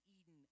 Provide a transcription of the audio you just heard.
Eden